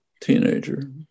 teenager